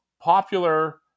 popular